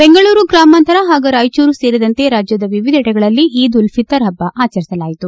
ಬೆಂಗಳೂರು ಗ್ರಾಮಾಂತರ ಹಾಗೂ ರಾಯಚೂರು ಸೇರಿದಂತೆ ರಾಜ್ಯದ ವಿವಿಧಡೆಗಳಲ್ಲಿ ಈದ್ ಉಲ್ ಫಿತರ್ ಹಬ್ಬ ಆಚರಿಸಲಾಯಿತು